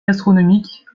gastronomique